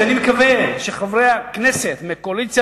ואני מקווה שחברי הכנסת מהקואליציה